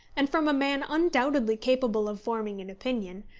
and from a man undoubtedly capable of forming an opinion,